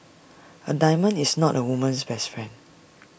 A diamond is not A woman's best friend